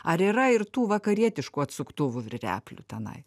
ar yra ir tų vakarietiškų atsuktuvų ir replių tenai